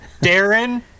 darren